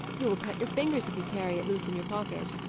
you will cut your fingers if you carry it loose in your pocket.